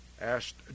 asked